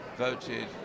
voted